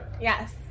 Yes